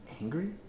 angry